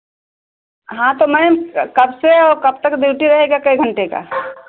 हाँ तो मैम कब से और कब तक ड्यूटी रहेगा कै घण्टे का